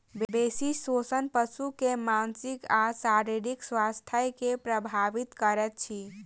बेसी शोषण पशु के मानसिक आ शारीरिक स्वास्थ्य के प्रभावित करैत अछि